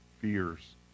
fears